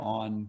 on